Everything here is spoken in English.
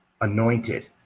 anointed